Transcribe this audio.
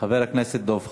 חבר הכנסת דב חנין,